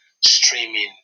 streaming